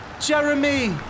Jeremy